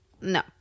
No